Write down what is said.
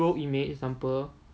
like a hero image for example